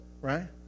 right